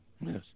Yes